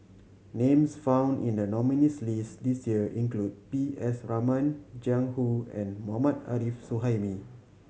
names found in the nominees' list this year include P S Raman Jiang Hu and Mohammad Arif Suhaimi